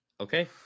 Okay